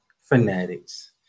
Fanatics